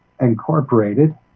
Incorporated